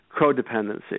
codependency